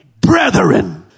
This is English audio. brethren